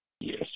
Yes